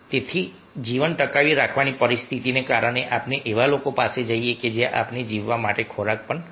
તેથી જીવન ટકાવી રાખવાની પરિસ્થિતિને કારણે આપણે એવા લોકો પાસે જઈએ કે જ્યાંથી આપણે જીવવા માટે ખોરાક મેળવી શકીએ